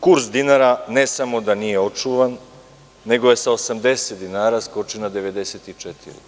Kurs dinara ne samo da nije očuvan, nego je sa 80 dinara skočio na 94.